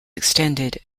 extended